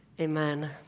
Amen